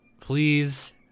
please